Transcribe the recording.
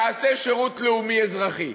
תעשה שירות לאומי-אזרחי.